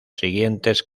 siguientes